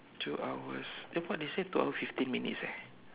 two hours then what they say two hours and fifteen minutes eh